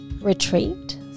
retreat